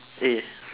A